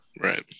right